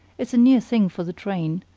it's a near thing for the train.